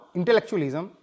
intellectualism